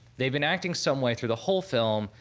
they've been acting some way through the whole film,